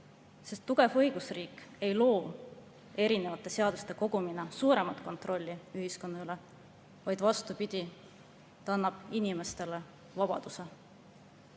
sest tugev õigusriik ei loo erinevate seaduste kogumina suuremat kontrolli ühiskonna üle, vaid vastupidi, ta annab inimestele vabaduse. Väga